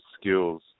skills